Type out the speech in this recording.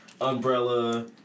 umbrella